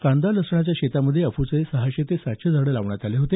कांदा लसणाच्या शेतामध्ये अफूचे सहाशे ते सातशे झाडं लावण्यात आली होती